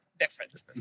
different